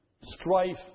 Strife